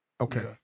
Okay